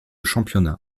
championnat